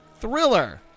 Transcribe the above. thriller